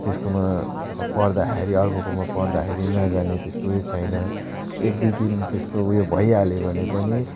त्यसकोमा पर्दाखेरि अर्कोकोमा पर्दाखेरि नजाने त्यस्तो उयो छैन एक दुई दिन त्यस्तो उयो भइहाल्यो भने पनि